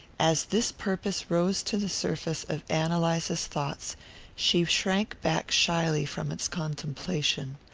as this purpose rose to the surface of ann eliza's thoughts she shrank back shyly from its contemplation.